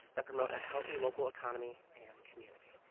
that promote a healthy local economy and community.